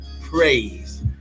praise